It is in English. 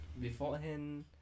beforehand